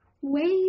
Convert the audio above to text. wave